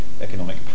economic